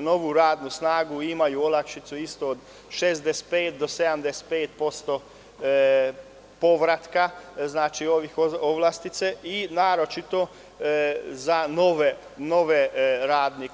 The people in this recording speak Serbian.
novu radnu snagu imaju olakšicu ispod 65 do 75% povratka povlastica, i naročito za nove radnike.